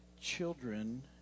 children